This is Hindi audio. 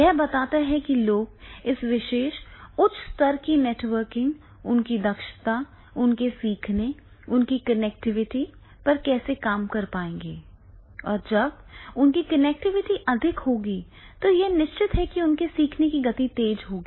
यह बताता है कि लोग इस विशेष उच्च स्तर की नेटवर्किंग उनकी दक्षता उनके सीखने उनकी कनेक्टिविटी पर कैसे काम कर पाएंगे और जब उनकी कनेक्टिविटी अधिक होगी तो यह निश्चित है कि उनके सीखने की गति तेज होगी